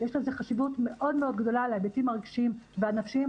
יש לזה חשיבות מאוד מאוד גדולה על ההיבטים הרגשיים והנפשיים,